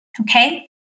Okay